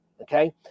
Okay